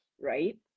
right